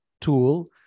tool